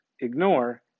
ignore